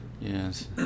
Yes